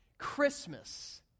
Christmas